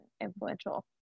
influential